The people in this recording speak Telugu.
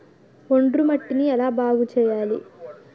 ఒండ్రు మట్టిని ఎలా బాగుంది చేయాలి?